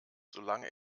solange